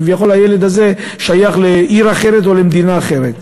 כביכול הילד הזה שייך לעיר אחרת או למדינה אחרת.